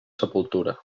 sepultura